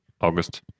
August